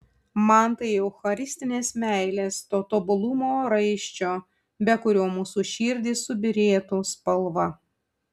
man tai eucharistinės meilės to tobulumo raiščio be kurio mūsų širdys subyrėtų spalva